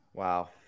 Wow